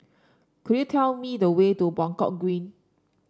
could you tell me the way to Buangkok Green